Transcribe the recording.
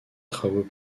travaux